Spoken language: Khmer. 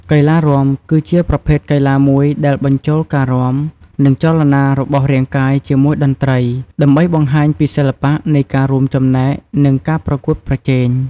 កីឡារាំ គឺជាប្រភេទកីឡាមួយដែលបញ្ចូលការរាំ និងចលនារបស់រាងកាយជាមួយតន្ត្រី ដើម្បីបង្ហាញពីសិល្បៈនៃការរួមចំណែក និងការប្រកួតប្រជែង។